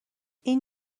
این